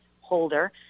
holder